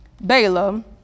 Balaam